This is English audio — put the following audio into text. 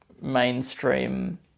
mainstream